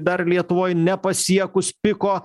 dar lietuvoj nepasiekus piko